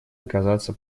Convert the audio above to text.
оказаться